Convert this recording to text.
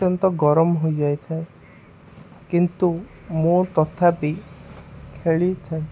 ଅତ୍ୟନ୍ତ ଗରମ ହୋଇଯାଇଥାଏ କିନ୍ତୁ ମୁଁ ତଥାପି ଖେଳିଥାଏ